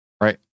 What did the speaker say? right